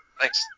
Thanks